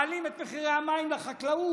מעלים את מחירי המים לחקלאות,